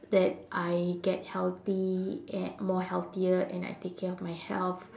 that I get healthy and more healthier and I take care of my health